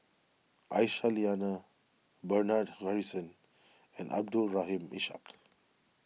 Aisyah Lyana Bernard Harrison and Abdul Rahim Ishak